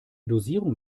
dosierung